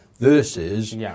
versus